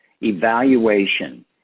evaluation